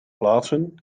plaatsen